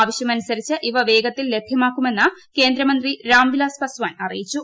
ആവശ്യമനുസരിച്ച് ഇവ വേഗത്തിൽ ലഭ്യമാക്കുമെന്ന് കേന്ദ്ര മന്ത്രി രാം വിലാസ് പസ്വാൻ അറിയിച്ചു